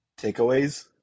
takeaways